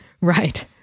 Right